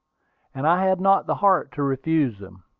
and i had not the heart to refuse them.